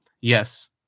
Yes